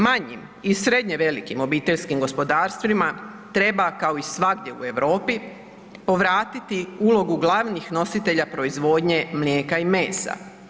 Manjim i srednje velikim obiteljskim gospodarstvima treba kao i svagdje u Europi povratiti ulogu glavnih nositelja proizvodnje mlijeka i mesa.